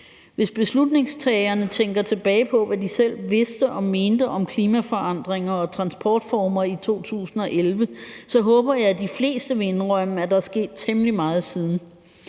Hvis beslutningstagerne tænker tilbage på, hvad de selv vidste og mente om klimaforandringer og transportformer i 2011, så håber jeg, de fleste vil indrømme, at der er sket temmelig meget siden,